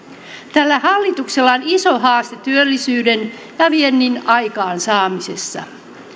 tällä hallituksella on iso haaste työllisyyden ja viennin aikaansaamisessa